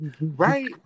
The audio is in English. Right